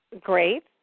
Great